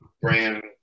brand